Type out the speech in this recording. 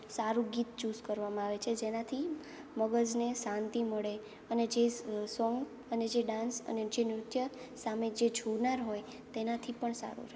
સારું ગીત ચુઝ કરવામાં આવે છે જેનાથી મગજને શાંતિ મળે અને જે સોંગ અને જે ડાન્સ અને જે નૃત્ય સામે જે જોનાર હોય તેનાથી પણ સારું રહે